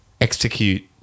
execute